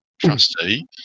trustee